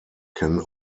can